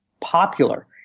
popular